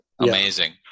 Amazing